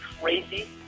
crazy